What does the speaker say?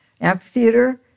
Amphitheater